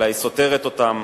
אלא היא סותרת אותן.